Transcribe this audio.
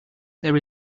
there